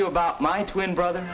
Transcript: you about my twin brother